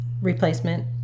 replacement